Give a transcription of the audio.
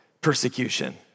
persecution